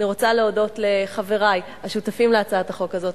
אני רוצה להודות לחברי השותפים להצעת החוק הזאת,